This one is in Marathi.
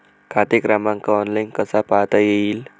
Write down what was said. खाते क्रमांक ऑनलाइन कसा पाहता येईल?